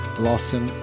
blossom